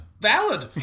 Valid